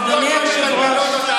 אדוני היושב-ראש,